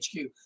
HQ